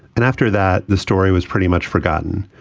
and after that, the story was pretty much forgotten.